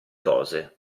cose